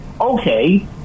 okay